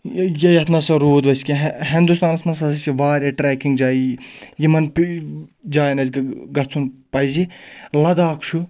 یَتھ نَسا روٗد اَسہِ کینٛہہ ہِندُستانَس منٛز ہَسا چھِ واریاہ ٹریکِنٛگ جایہِ یِمَن جایَن اَسہِ گژھُن پَزِ لداخ چھُ